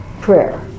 prayer